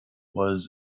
was